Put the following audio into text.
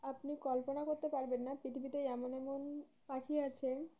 আপনি কল্পনা করতে পারবেন না পৃথিবীতে এমন এমন পাখি আছে